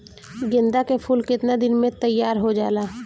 गेंदा के फूल केतना दिन में तइयार हो जाला?